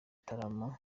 bitaramo